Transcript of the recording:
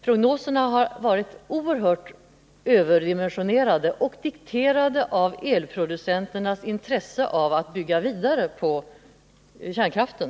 Prognoserna har varit oerhört överdimensionera 3e och dikterade av elproducenternas intresse av att bygga vidare på kärnkraften.